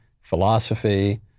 philosophy